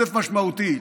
עודף משמעותי.